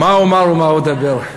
מה אומר ומה אדבר?